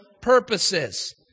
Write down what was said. purposes